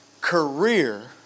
career